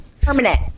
Permanent